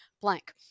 blank